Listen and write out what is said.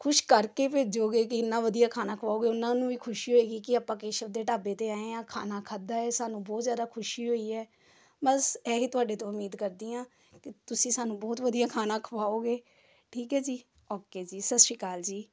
ਖੁਸ਼ ਕਰਕੇ ਭੇਜੋਗੇ ਕਿ ਇੰਨਾਂ ਵਧੀਆ ਖਾਣਾ ਖਵਾਓਗੇ ਉਹਨਾਂ ਨੂੰ ਵੀ ਖੁਸ਼ੀ ਹੋਏਗੀ ਕਿ ਆਪਾਂ ਕੇਸ਼ਵ ਦੇ ਢਾਬੇ 'ਤੇ ਆਏ ਹਾਂ ਖਾਣਾ ਖਾਧਾ ਏ ਸਾਨੂੰ ਬਹੁਤ ਜ਼ਿਆਦਾ ਖੁਸ਼ੀ ਹੋਈ ਹੈ ਬਸ ਇਹੀ ਤੁਹਾਡੇ ਤੋਂ ਉਮੀਦ ਕਰਦੀ ਹਾਂ ਕਿ ਤੁਸੀਂ ਸਾਨੂੰ ਬਹੁਤ ਵਧੀਆ ਖਾਣਾ ਖਵਾਓਗੇ ਠੀਕ ਹੈ ਜੀ ਓਕੇ ਜੀ ਸਤਿ ਸ਼੍ਰੀ ਅਕਾਲ ਜੀ